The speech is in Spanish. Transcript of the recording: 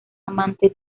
amante